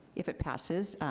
if it passes,